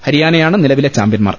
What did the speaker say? ഹരിയാനയാണ് നിലവിലെ ചാമ്പ്യന്മാർ